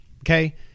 Okay